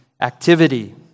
activity